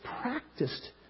practiced